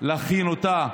להכין אותה,